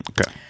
Okay